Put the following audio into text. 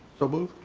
so moved.